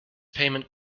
payment